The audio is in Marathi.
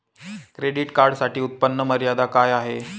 क्रेडिट कार्डसाठी उत्त्पन्न मर्यादा काय आहे?